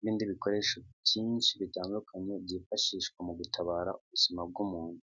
n'ibindi bikoresho byinshi bitandukanye byifashishwa mu gutabara ubuzima bw'umuntu.